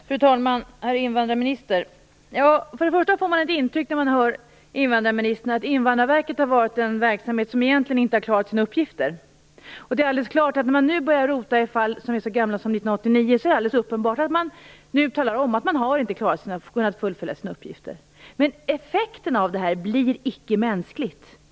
Fru talman! Herr invandrarminister! När man hör invandrarministern får man ett intryck av att Invandrarverket egentligen inte har klarat av sina uppgifter. När de nu börjar rota i gamla fall från 1989 är det alldeles uppenbart att de nu talar om att de inte har klarat av att fullfölja sina uppgifter. Men effekten av detta blir icke mänsklig.